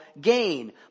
gain